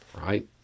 right